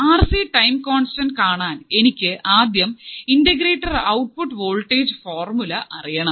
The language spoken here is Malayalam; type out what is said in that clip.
ആർ സി ടൈം കോൺസ്റ്റന്റ് കാണാൻ എനിക്ക് ആദ്യം ഇന്റഗ്രേറ്റർ ഔട്ട്പുട്ട് വോൾടേജ് ഫോർമുല അറിയണം